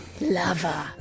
Lover